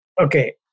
Okay